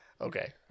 Okay